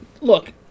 Look